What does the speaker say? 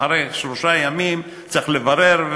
אחרי שלושה ימים צריך לברר,